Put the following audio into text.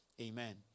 amen